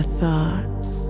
thoughts